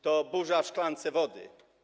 To burza w szklance wody.